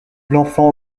l’enfant